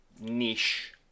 niche